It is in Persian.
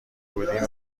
بودیم